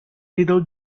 little